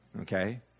okay